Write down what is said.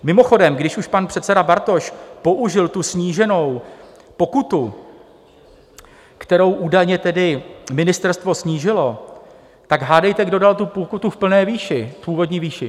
Mimochodem, když už pan předseda Bartoš použil tu sníženou pokutu, kterou údajně tedy ministerstvo snížilo, tak hádejte, kdo dal tu pokutu v plné výši, v původní výši?